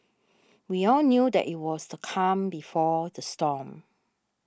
we all knew that it was the calm before the storm